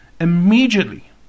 immediately